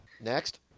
next